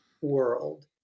world